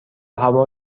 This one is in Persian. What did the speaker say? هوا